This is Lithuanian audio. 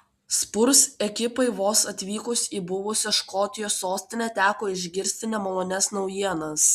spurs ekipai vos atvykus į buvusią škotijos sostinę teko išgirsti nemalonias naujienas